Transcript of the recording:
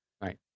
Right